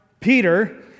Peter